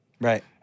Right